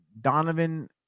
Donovan